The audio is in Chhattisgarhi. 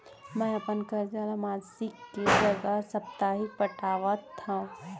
मै अपन कर्जा ला मासिक के जगह साप्ताहिक पटावत हव